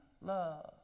love